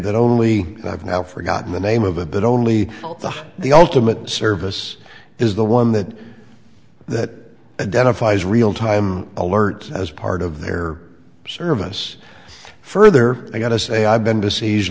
that only i've now forgotten the name of a bit only the ultimate service is the one that that identifies real time alerts as part of their service further i got to say i've been besieged